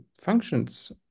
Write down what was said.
functions